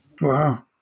Wow